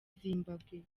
zimbabwe